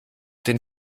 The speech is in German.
den